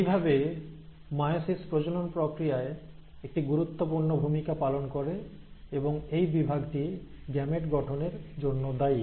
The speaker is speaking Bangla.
এইভাবে মায়োসিস প্রজনন প্রক্রিয়ায় একটি গুরুত্বপূর্ণ ভূমিকা পালন করে এবং এই বিভাগটি গ্যামেট গঠনের জন্য দায়ী